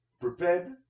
prepared